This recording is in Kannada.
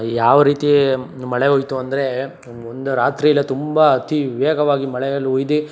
ಯಾವ ರೀತಿ ಮಳೆ ಹುಯ್ತು ಅಂದರೆ ಒಂದು ರಾತ್ರಿಲೇ ತುಂಬ ಅತಿ ವೇಗವಾಗಿ ಮಳೆಯಲ್ಲಿ ಹುಯ್ದಿ